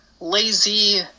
lazy